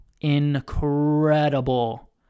incredible